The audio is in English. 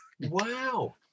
Wow